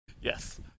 yes